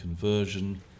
conversion